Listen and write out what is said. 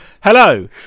Hello